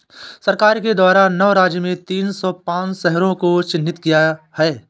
सरकार के द्वारा नौ राज्य में तीन सौ पांच शहरों को चिह्नित किया है